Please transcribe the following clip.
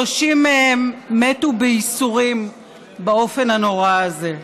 30 מהם מתו בייסורים באופן הנורא הזה.